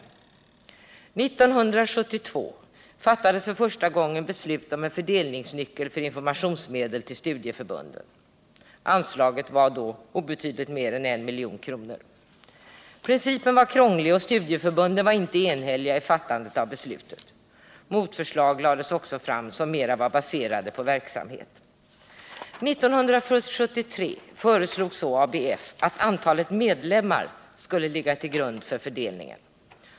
1972 fattades första gången beslut om en fördelningsnyckel för informationsmedel till studieförbunden — anslaget var då obetydligt mer än 1 milj.kr. Principen var krånglig, och studieförbunden var inte enhälliga i fattandet av beslutet. Motförslag lades också fram om ett system som mera var baserat på förbundens verksamhet. 1973 föreslog ABF att antalet medlemmar skulle ligga till grund för fördelningen.